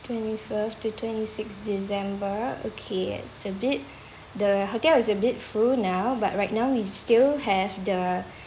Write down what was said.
twenty fourth to twenty six december okay it's a bit the hotel is a bit full now but right now we still have the